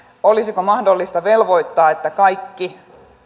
olisiko mahdollista velvoittaa että kaikki